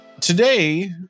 Today